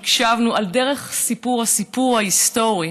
הקשבנו לדרך הסיפור ההיסטורי,